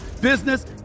business